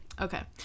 Okay